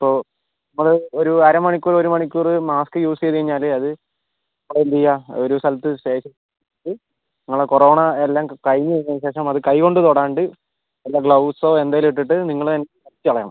ഇപ്പോൾ നമ്മൾ ഒരു അരമണിക്കൂർ ഒരുമണിക്കൂർ മാസ്ക് യൂസ് ചെയ്തു കഴിഞ്ഞാൽ അത് നമ്മൾ എന്ത് ചെയ്യുക ഒരു സ്ഥലത്ത് ശേഖരിച്ച് വച്ചിട്ട് നിങ്ങളെ കൊറോണ എല്ലാം കഴിഞ്ഞു കഴിഞ്ഞതിനുശേഷം അത് കൈകൊണ്ട് തോടാണ്ട് വല്ല ഗ്ലൗസോ എന്തേലും ഇട്ടിട്ട് നിങ്ങൾ തന്നെ കത്തിച്ചുകളയണം